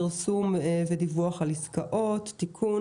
פרסום ודיווח על עסקאות) (תיקון),